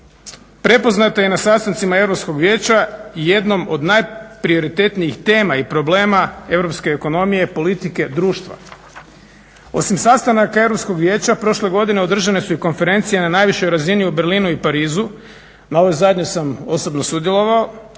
prepoznata je na sastancima Europskog vijeća jednom od najprioritetnijih tema i problema europske ekonomije, politike, društva. Osim sastanaka Europskog vijeća prošle godine održane su i konferencije na najvišoj razini u Berlinu i Parizu, na ovoj zadnjoj sam osobno sudjelovao,